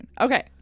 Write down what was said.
Okay